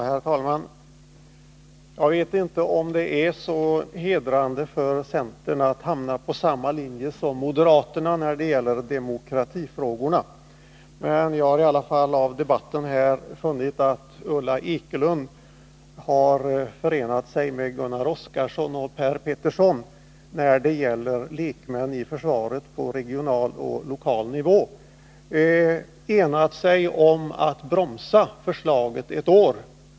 Herr talman! Jag vet inte om det är så hedrande för centern att hamna på samma linje som moderaterna när det gäller demokratifrågorna. Av debatten har framgått att Ulla Ekelund har förenat sig med Gunnar Oskarson och Per Petersson när det gäller lekmännen i försvaret på regional och lokal nivå. De vill bromsa förslaget ett år.